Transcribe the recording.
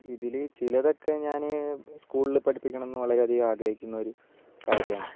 ഇതിൽ ചിലതൊക്കെ ഞാൻ സ്കൂളിൽ പഠിപ്പിക്കണം എന്ന് വളരെയധികം ആഗ്രഹിക്കുന്ന ഒരു കാര്യമാണ്